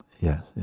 Yes